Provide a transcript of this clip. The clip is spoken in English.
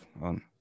on